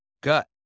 gut